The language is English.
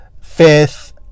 fifth